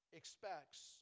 expects